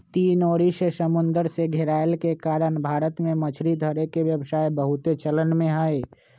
तीन ओरी से समुन्दर से घेरायल के कारण भारत में मछरी धरे के व्यवसाय बहुते चलन में हइ